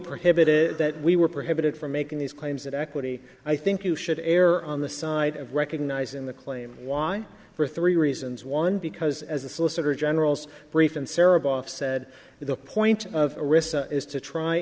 prohibited that we were prohibited from making these claims that equity i think you should err on the side of recognizing the claim why for three reasons one because as the solicitor general's brief and sara goff said the point a risk is to try